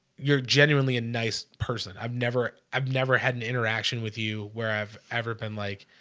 you're genuinely a nice person. i've never i've never had an interaction with you where i've ever been like